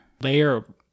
layer